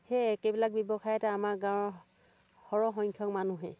সেই একেইবিলাক ব্য়ৱসায়তে আমাৰ গাঁৱৰ সৰহ সংখ্য়ক মানুহেই